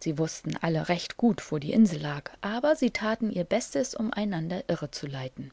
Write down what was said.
sie wußten alle recht gut wo die insel lag aber sie taten ihr bestes um einander irre zu leiten